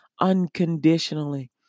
unconditionally